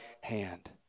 hand